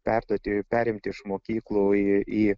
perduoti perimti iš mokyklų į į